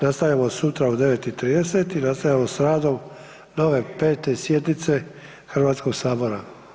Nastavljamo sutra u 9,30 i nastavljamo s radom nove, 5. sjednice Hrvatskoga sabora.